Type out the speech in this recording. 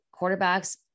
quarterbacks